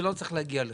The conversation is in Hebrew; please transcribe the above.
זה לא צריך להגיע לכאן.